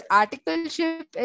articleship